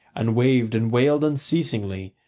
and waved and wailed unceasingly,